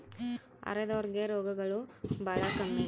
ಅರೆದೋರ್ ಗೆ ರೋಗಗಳು ಬಾಳ ಕಮ್ಮಿ